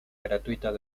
gratuitas